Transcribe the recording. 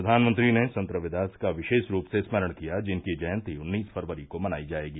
प्रधानमंत्री ने संत रविदास का विशेष रूप से स्मरण किया जिनकी जयंती उन्नीस फरवरी को मनाई जायेगी